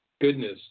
goodness